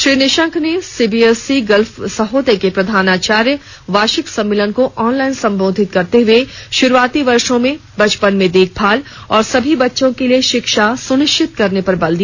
श्री निशंक ने C B S E Gulf Sahodaya के प्रधानाचार्य वार्षिक सम्मेलन को ऑनलाइन संबोधित करते हुए शुरूआती वर्षो में बचपन में देखभाल और सभी बच्चों के लिए शिक्षा सुनिश्चित करने पर बल दिया